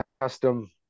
custom